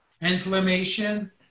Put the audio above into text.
inflammation